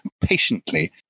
patiently